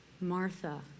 Martha